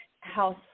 house